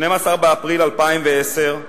12 באפריל 2010,